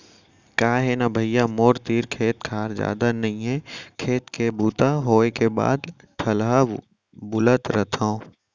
का हे न भइया मोर तीर खेत खार जादा नइये खेती के बूता होय के बाद ठलहा बुलत रथव